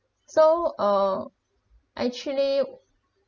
so uh actually